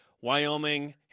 Wyoming